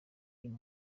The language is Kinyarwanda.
uyu